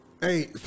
hey